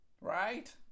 Right